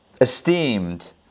esteemed